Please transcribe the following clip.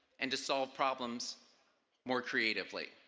and to solve problems more creatively.